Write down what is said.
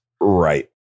Right